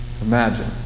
imagine